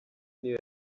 niyo